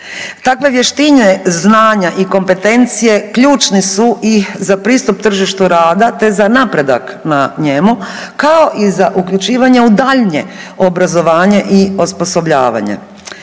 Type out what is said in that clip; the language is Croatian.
Takve vještine, znanja i kompetencije ključne su i za pristup tržištu rada, te za napredak na njemu kao i za uključivanje u daljnje obrazovanje i osposobljavanje.